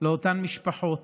לאותן משפחות